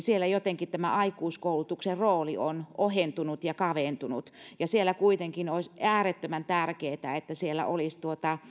siellä jotenkin tämä aikuiskoulutuksen rooli on ohentunut ja kaventunut ja kuitenkin olisi äärettömän tärkeätä että siellä olisi